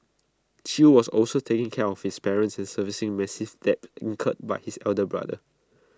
chew was also taking care of his parents and servicing massive debts incurred by his elder brother